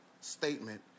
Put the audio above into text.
statement